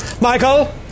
Michael